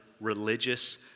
religious